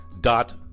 dot